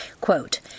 Quote